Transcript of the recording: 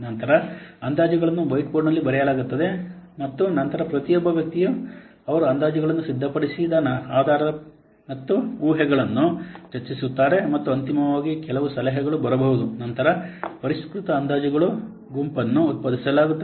ನಂತರ ಅಂದಾಜುಗಳನ್ನು ವೈಟ್ಬೋರ್ಡ್ನಲ್ಲಿ ಬರೆಯಲಾಗುತ್ತದೆ ಮತ್ತು ನಂತರ ಪ್ರತಿಯೊಬ್ಬ ವ್ಯಕ್ತಿಯು ಅವರು ಅಂದಾಜುಗಳನ್ನು ಸಿದ್ಧಪಡಿಸಿದ ಆಧಾರ ಮತ್ತು ಊಹೆಗಳನ್ನು ಚರ್ಚಿಸುತ್ತಾರೆ ಮತ್ತು ಅಂತಿಮವಾಗಿ ಕೆಲವು ಸಲಹೆಗಳು ಬರಬಹುದು ನಂತರ ಪರಿಷ್ಕೃತ ಅಂದಾಜುಗಳ ಗುಂಪನ್ನು ಉತ್ಪಾದಿಸಲಾಗುತ್ತದೆ